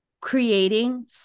creating